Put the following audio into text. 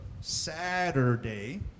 Saturday